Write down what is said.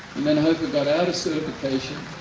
and then hofa got out of certification.